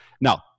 Now